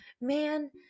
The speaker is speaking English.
man